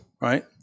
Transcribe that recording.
Right